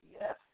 yes